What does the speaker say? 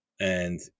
And-